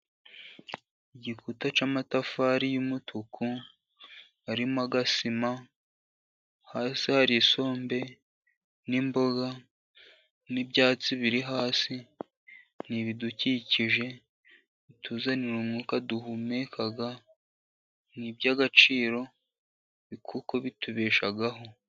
Igikuta cy'amatafari y'umutuku arimo agasima, hasi hari isombe n'imboga n'ibyatsi biri hasi. Ni ibidukikije bituzanira umwuka duhumeka ni iby'agaciro kuko bitubeshaho.